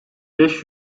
beş